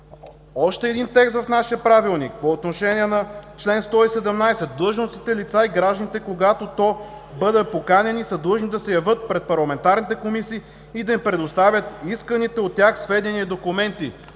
Още един текст в нашия Правилник по отношение на чл. 117: „Чл. 117. (1) Длъжностните лица и гражданите, когато бъдат поканени, са длъжни да се явят пред парламентарните комисии и да им предоставят исканите от тях сведения и документи.“